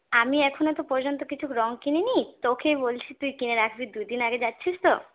আমি এখনও তো পর্যন্ত কিছু রঙ কিনিনি তোকে বলছি তুই কিনে রাখবি দু দিন আগে যাচ্ছিস তো